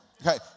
Okay